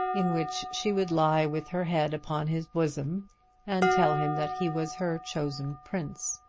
in which she would lie with her head upon his bosom and tell him that he was her chosen prince.